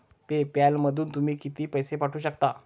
पे पॅलमधून तुम्ही किती पैसे पाठवू शकता?